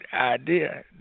idea